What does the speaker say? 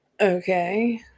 okay